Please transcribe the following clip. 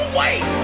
wait